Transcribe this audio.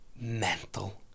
mental